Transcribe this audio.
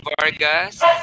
Vargas